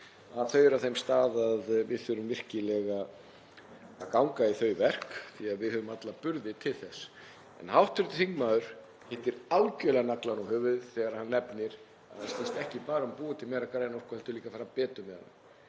rætt, á þeim stað að við þurfum virkilega að ganga í þau verk því að við höfum alla burði til þess. En hv. þingmaður hittir algerlega naglann á höfuðið þegar hann nefnir að það snýst ekki bara um að búa til græna orku heldur líka að fara betur með hana